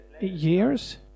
years